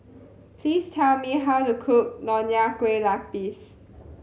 please tell me how to cook Nonya Kueh Lapis